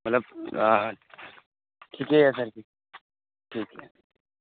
मतलब ठीके यऽ सरजी ठीक यऽ